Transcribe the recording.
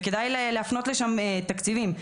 וכדאי להפנות לשם תקציבים.